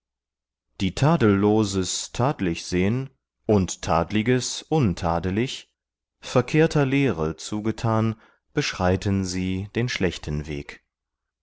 die tadelloses tadlig sehn und tadliges untadelig verkehrter lehre zugetan beschreiten sie den schlechten weg